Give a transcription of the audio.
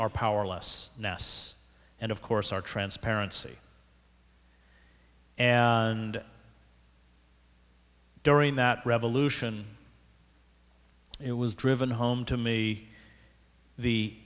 our powerless ness and of course our transparency and during that revolution it was driven home to me the